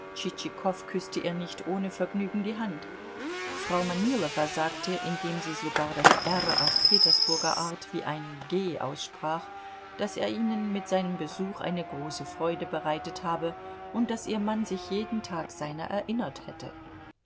küßte ihr nicht ohne vergnügen die hand frau manilowa sagte indem sie sogar das r auf petersburger art wie ein g aussprach daß er ihnen mit seinem besuch eine große freude bereitet habe und daß ihr mann sich jeden tag seiner erinnert hätte